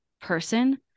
person